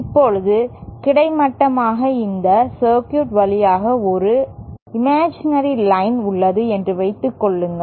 இப்போது கிடைமட்டமாக இந்த சர்க்யூட் வழியாக ஒரு இமேஜிநரி லைன் உள்ளது என்று வைத்துக் கொள்ளுங்கள்